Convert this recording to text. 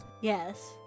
Yes